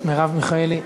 מרב מיכאלי.